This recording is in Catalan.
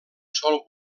sol